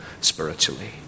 spiritually